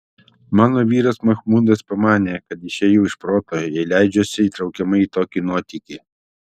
mano vyras machmudas pamanė kad išėjau iš proto jei leidžiuosi įtraukiama į tokį nuotykį